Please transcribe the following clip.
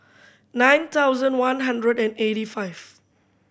nine thousand one hundred and eighty five